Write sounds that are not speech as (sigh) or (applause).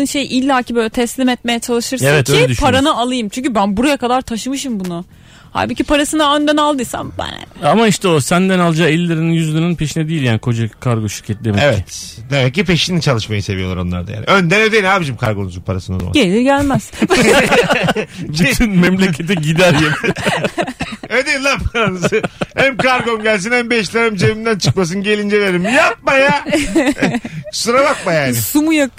şey illa ki böyle teslim etmeye çalışırsın Evet, ki öyle düşünüyorum. paranı alayım. Çünkü ben buraya kadar taşımışım bunu. Halbuki parasını önden aldıysam ben- Ama işte o senden alacağı 50 liranın, 100 liranın peşine değil yani koca kargo şirketi demek Evet, ki. demek ki peşini çalışmayı seviyorlar onlar da yani. Önden ödeyin abicim kargonuzun parasını o zaman. Gelir gelmez. (laughs) (laughs) (laughs) Bütün memlekete gider yemin- (laughs) Ödeyin lan paranızı. Hem kargom gelsin, hem beşler, hem cebimden çıkmasın, gelince veririm. Yapma ya! (laughs) Kusura bakma yani. E, su mu yakıyor-